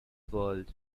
world